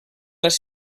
les